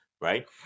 right